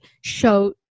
show